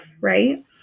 right